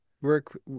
work